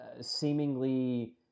seemingly